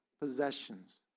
possessions